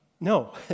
no